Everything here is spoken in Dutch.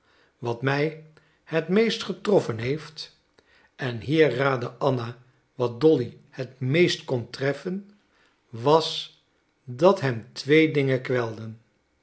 wat mij het meest getroffen heeft en hier raadde anna wat dolly het meest kon treffen was dat hem twee dingen